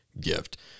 gift